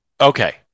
Okay